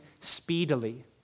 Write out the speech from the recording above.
speedily